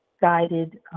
guided